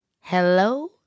Hello